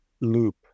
loop